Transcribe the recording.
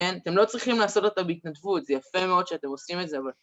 כן, אתם לא צריכים לעשות אותו בהתנדבות, זה יפה מאוד שאתם עושים את זה, אבל...